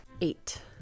Eight